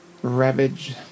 Ravage